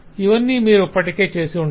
ఇవాన్నీ మీరు ఇప్పటికే చేసి ఉంటారు